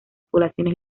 poblaciones